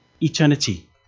Eternity